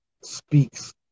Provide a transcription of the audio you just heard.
speaks